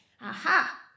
Aha